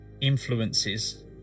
influences